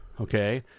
okay